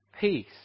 peace